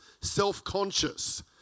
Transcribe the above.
self-conscious